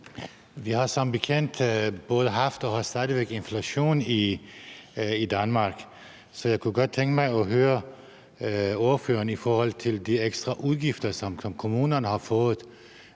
Vi har som bekendt både haft og har stadig væk inflation i Danmark. Så jeg kunne godt tænke mig at høre ordføreren i forhold til de ekstra udgifter, som kommunerne har fået.